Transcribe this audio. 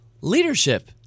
leadership